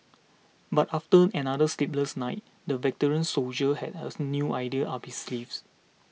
but after another sleepless night the veteran soldier had a new idea up his sleeve